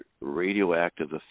radioactive